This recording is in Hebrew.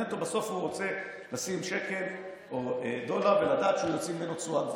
בסוף הוא רוצה לשים שקל או דולר ולדעת שהוא יוציא ממנו תשואה גבוהה.